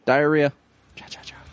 Diarrhea